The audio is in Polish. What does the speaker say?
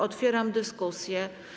Otwieram dyskusję.